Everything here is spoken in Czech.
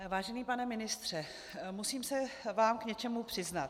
Vážený pane ministře, musím se vám k něčemu přiznat.